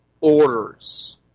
orders